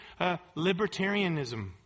libertarianism